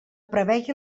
prevegi